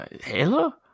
Halo